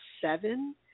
seven